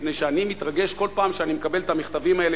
מפני שאני מתרגש כל פעם שאני מקבל את המכתבים האלה,